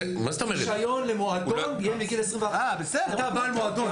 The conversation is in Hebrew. רישיון למועדון יהיה מגיל 21. אתה בעל מועדון,